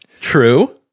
True